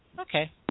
Okay